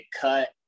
cut